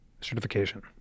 certification